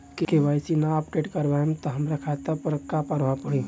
KYC ना update करवाएम त हमार खाता पर का प्रभाव पड़ी?